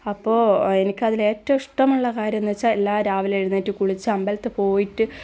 അപ്പോൾ എനിക്ക് അതിൽ ഏറ്റവും ഇഷ്ടമുള്ള കാര്യമെന്ന് വച്ചാൽ എല്ലാരും രാവിലെ എഴുന്നേറ്റു കുളിച്ച് അമ്പലത്തിൽ പോയിട്ട്